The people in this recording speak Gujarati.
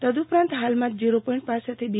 તદઉપરાંત હાલમાં જ ઝીરો પોઈન્ટ પાસેથી બી